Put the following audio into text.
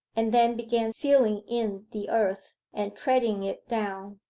and then began filling in the earth, and treading it down.